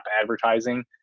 advertising